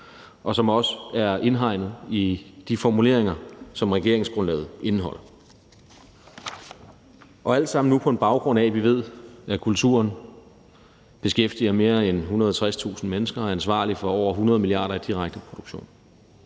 og som også er indhegnet i de formuleringer, som regeringsgrundlaget indeholder. Det er alt sammen nu på en baggrund af, at vi ved, at kulturen beskæftiger mere end 160.000 mennesker, og at den er ansvarlig for over 100 mia. kr. i direkte produktion,